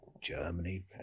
Germany